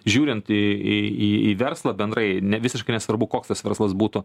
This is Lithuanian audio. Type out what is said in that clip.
žiūrint į į į į verslą bendrai ne visiškai nesvarbu koks tas verslas būtų